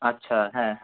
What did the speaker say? আচ্ছা হ্যাঁ